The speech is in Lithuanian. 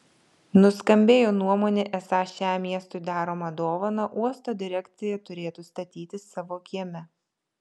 nuskambėjo nuomonė esą šią miestui daromą dovaną uosto direkcija turėtų statytis savo kieme